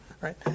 right